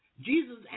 Jesus